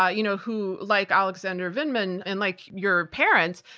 ah you know who like alexander vindman and like your parents,